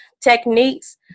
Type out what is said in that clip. techniques